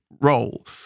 role